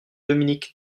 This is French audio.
dominique